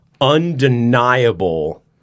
undeniable